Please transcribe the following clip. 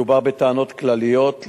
מדובר בטענות כלליות,